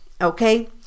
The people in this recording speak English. okay